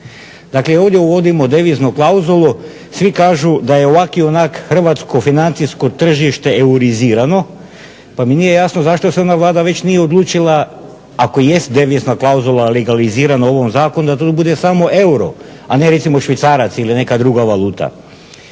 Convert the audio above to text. dakle ovdje uvodimo deviznu klauzulu. Svi kažu da je ovako i onako hrvatsko financijsko tržište eurizirano pa mi nije jasno zašto se onda Vlada već nije odlučila, ako jest devizna klauzula legalizirana u ovom zakonu da to bude samo euro, a ne recimo švicarac ili neka druga valuta.